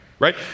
right